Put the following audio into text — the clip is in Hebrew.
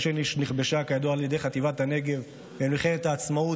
עיר שנכבשה כידוע על ידי חטיבת הנגב במלחמת העצמאות,